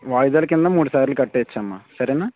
వాయిదాల క్రింద మూడు సార్లు కట్టేయవచ్చు అమ్మా సరేనా